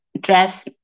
dress